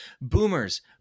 Boomers